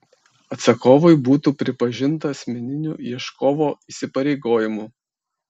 atsakovui būtų pripažinta asmeniniu ieškovo įsipareigojimu